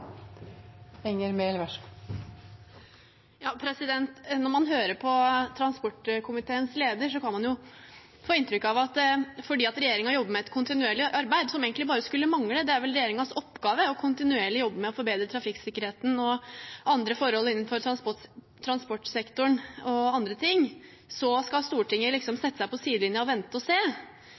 Når man hører på transportkomiteens leder, kan man få inntrykk av at fordi regjeringen jobber kontinuerlig – det skulle egentlig bare mangle, for det er vel regjeringens oppgave å kontinuerlig jobbe med å forbedre trafikksikkerheten og andre forhold innenfor transportsektoren og annet – så skal Stortinget liksom sette seg på sidelinjen og vente og se.